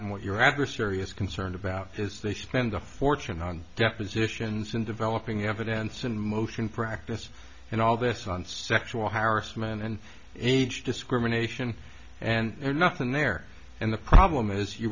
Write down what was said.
and what your adversary is concerned about is they spend a fortune on depositions and developing evidence and motion practice and all this on sexual harassment and age discrimination and nothing there and the problem is you